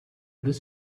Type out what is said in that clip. this